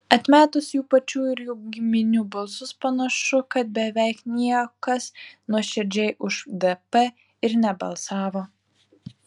atmetus jų pačių ir jų giminių balsus panašu kad beveik niekas nuoširdžiai už dp ir nebalsavo